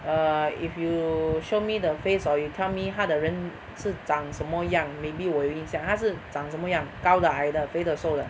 err if you show me the face or you tell me 她的人是长什么样 maybe 我有印象她是长什么样高的矮的肥的瘦的